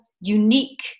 unique